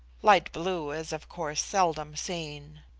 light blue is of course seldom seen.